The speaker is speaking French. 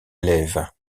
élève